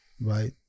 Right